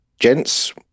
gents